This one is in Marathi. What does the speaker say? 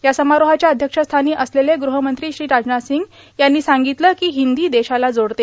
या समारोहाच्या अध्यक्षस्थानी असलेले ग्रहमंत्री श्री राजनाथ सिंग यांनी सांगितलं की हिंदी देशाला जोडते